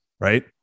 right